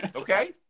Okay